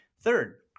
Third